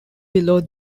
below